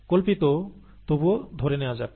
কল্পিত তবুও ধরে নেয়া যাক